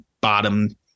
bottom